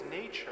nature